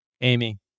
Amy